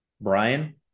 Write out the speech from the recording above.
Brian